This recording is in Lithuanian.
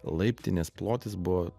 laiptinės plotis buvo